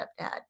stepdad